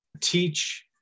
teach